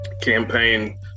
Campaign